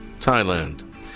Thailand